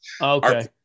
Okay